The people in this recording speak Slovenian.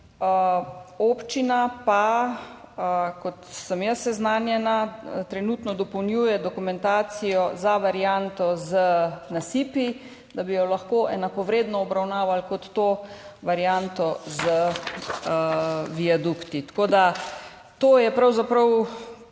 Občina pa, kot sem jaz seznanjena, trenutno dopolnjuje dokumentacijo za varianto z nasipi, da bi jo lahko enakovredno obravnavali kot to varianto z viadukti. To je pravzaprav